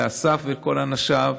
לאסף ולכל אנשיו,